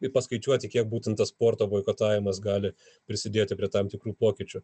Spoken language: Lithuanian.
ir paskaičiuoti kiek būtent tas sporto boikotavimas gali prisidėti prie tam tikrų pokyčių